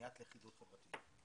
ובניית לכידות חברתית.